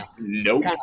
Nope